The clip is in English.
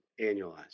annualized